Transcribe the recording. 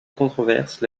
controverse